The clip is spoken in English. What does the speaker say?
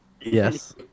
Yes